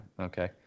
Okay